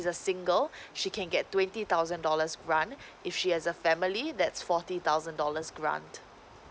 is a single she can get twenty thousand dollars grant if she has a family that's forty thousand dollars grant